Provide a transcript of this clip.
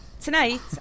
tonight